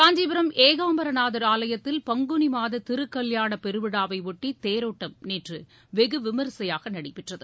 காஞ்சிபுரம் ஏகாம்பரநாதர் ஆலயத்தில் பங்குனி மாத திருக்கல்யாண பெருவிழாவை யொட்டி தேரோட்டம் நேற்று வெகு விமரிசையாக நடைபெற்றது